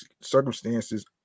circumstances